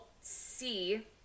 see